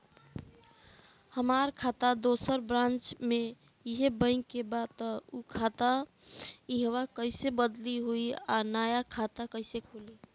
हमार खाता दोसर ब्रांच में इहे बैंक के बा त उ खाता इहवा कइसे बदली होई आ नया खाता कइसे खुली?